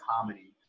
comedy